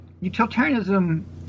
utilitarianism